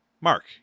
Mark